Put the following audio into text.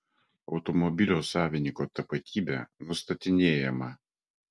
automobilio savininko tapatybė nustatinėjama